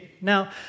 Now